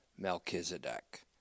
Melchizedek